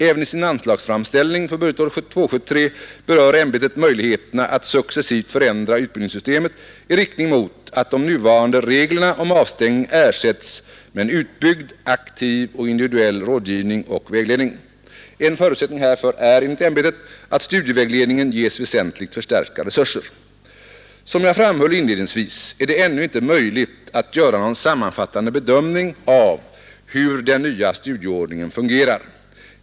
Även i sin anslagsframställning för budget året 1972/73 berör ämbetet möjligheterna att successivt förändra utbildningssystemet i riktning mot att de nuvarande reglerna om avstängning ersätts med en utbyggd, aktiv och individuell rådgivning och vägledning. En förutsättning härför är enligt ämbetet att studievägledningen ges väsentligt förstärkta resurser. Som jag framhöll inledningsvis är det ännu inte möjligt att göra någon sammanfattande bedömning av hur den nya studieordningen fungerar.